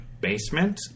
basement